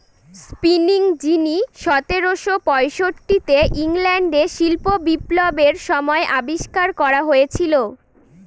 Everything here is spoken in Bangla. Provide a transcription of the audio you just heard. স্পিনিং জিনি সতেরোশো পয়ষট্টিতে ইংল্যান্ডে শিল্প বিপ্লবের সময় আবিষ্কার করা হয়েছিল